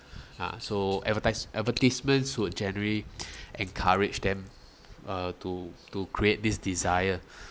ah so advertise advertisements should generally encourage them uh to to create this desire